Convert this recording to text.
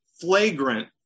flagrant